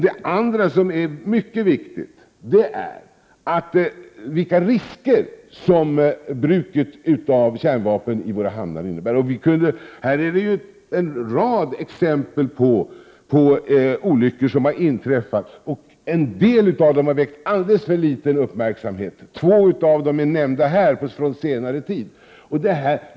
En annan mycket viktig fråga är vilka risker som bruket av kärnvapen i våra hamnar innebär. Det finns en rad exempel på olyckor som har inträffat, och en del av dem har väckt alldeles för liten uppmärksamhet. Två av dem som har inträffat på senare tid har nämnts här.